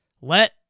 Let